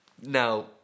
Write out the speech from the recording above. Now